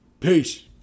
Peace